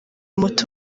umuti